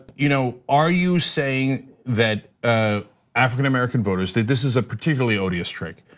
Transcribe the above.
you know are you saying that ah african-american voters, this is a particularly odious trick,